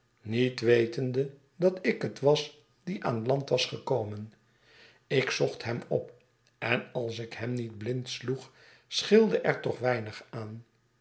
niet wetende dat ik het was die aan land was gekomen ik zocht hem op en als ik hem niet blind sloeg scheelde er toch weinig aan